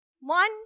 One